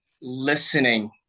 listening